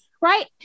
right